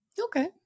Okay